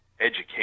education